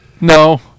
No